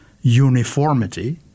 uniformity